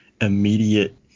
immediate